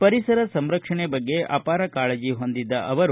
ಪರಿಸರ ಸಂರಕ್ಷಣೆ ಬಗ್ಗೆ ಅಪಾರ ಕಾಳಜಿ ಹೊಂದಿದ್ದರು